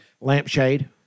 lampshade